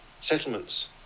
settlements